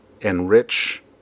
enrich